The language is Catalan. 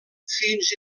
fins